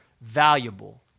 valuable